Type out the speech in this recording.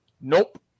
Nope